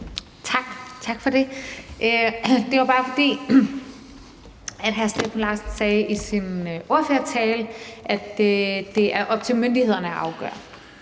Tak for det. Det var bare, fordi hr. Steffen Larsen sagde i sin ordførertale, at det er op til myndighederne at træffe